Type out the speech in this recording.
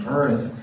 earth